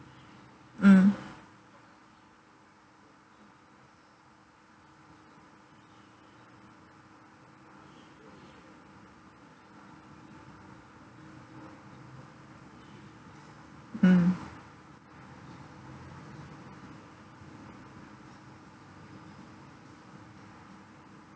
mm mm